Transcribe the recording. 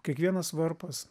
kiekvienas varpas